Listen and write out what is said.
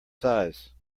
size